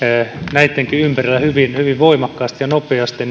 näittenkin ympärillä hyvin hyvin voimakkaasti ja nopeasti